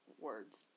words